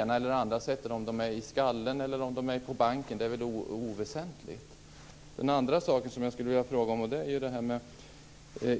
Om de finns i skallen eller på banken är väl oväsentligt. En annan sak som jag skulle vilja ta upp gäller